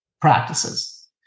practices